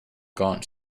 gaunt